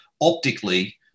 optically